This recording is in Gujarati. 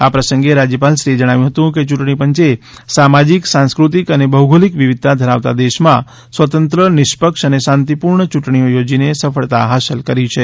આ પ્રસંગે રાજયપાલશ્રીએ જણાવ્યું હતું કે યૂંટણી પંચે સામાજિક સાંસ્કૃતિક અને ભૌગોલિક વિવિધતા ધરાવતા દેશમાં સ્વતંત્ર નિષ્પક્ષ અને શાંતિપૂર્ણ યૂંટણીઓ યોજીને સફળતા હાંસલ કરી છે